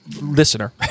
listener